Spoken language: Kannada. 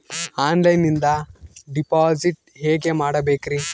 ಆನ್ಲೈನಿಂದ ಡಿಪಾಸಿಟ್ ಹೇಗೆ ಮಾಡಬೇಕ್ರಿ?